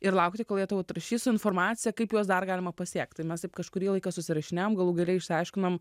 ir laukti kol jie tau atrašys su informacija kaip juos dar galima pasiekt tai mes taip kažkurį laiką susirašinėjom galų gale išsiaiškinom